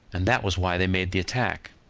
and that was why they made the attack.